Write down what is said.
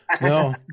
No